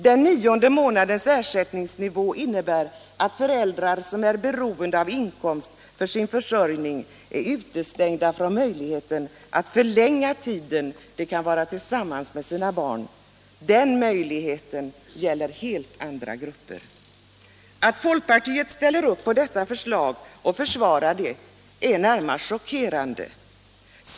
Den nionde månadens ersättningsnivå innebär att föräldrar som är beroende av inkomsten för sin försörjning är utestängda från möjligheten att förlänga den tid de kan vara tillsammans med sina barn. Den möjligheten gäller helt andra grupper. Att folkpartiet ställer upp på detta förslag och försvarar det är närmast chockerande.